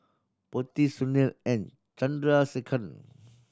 Potti Sunil and Chandrasekaran